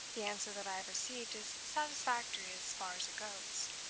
the answer that i have received is satisfactory as far as it goes.